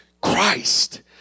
Christ